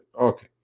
Okay